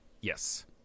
Yes